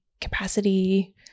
capacity